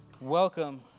Welcome